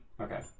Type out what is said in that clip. Okay